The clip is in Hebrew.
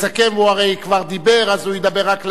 והוא הרי כבר דיבר אז הוא ידבר רק לעניין,